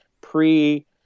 pre